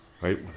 right